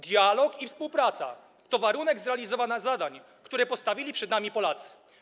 Dialog i współpraca to warunek zrealizowania zadań, które postawili przed nami Polacy.